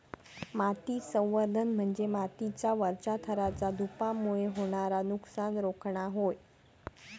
माती संवर्धन म्हणजे मातीच्या वरच्या थराचा धूपामुळे होणारा नुकसान रोखणा होय